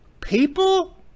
People